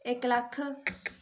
इक लक्ख